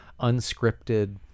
unscripted